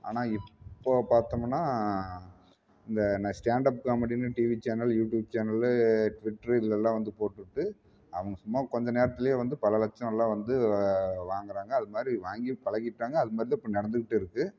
ஆனால் இப்போது பார்த்தோமுனா இந்த ந ஸ்டாண்ட் அப் காமெடின்னு டிவி சேனல் யூட்யூப் சேனல்லு ட்விட்ரு இதுலெல்லாம் வந்து போட்டுட்டு அவங்க சும்மா கொஞ்ச நேரத்துலேயே வந்து பல லட்சம் எல்லாம் வந்து வாங்குகிறாங்க அது மாதிரி வாங்கியும் பழகிட்டாங்க அது மாதிரி தான் இப்போ நடந்துக்கிட்டு இருக்குது